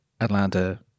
Atlanta